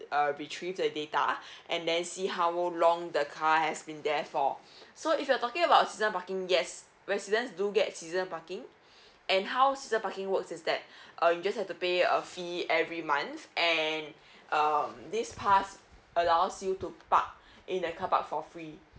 uh retrieve the data and then see how long the car has been there for so if you're talking about season parking yes residents do get season parking and how season parking works is that uh you just have to pay a fee every month and uh this pass allows you to park in the carpark for free